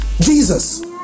Jesus